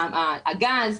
הגז,